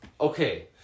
Okay